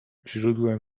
źródłem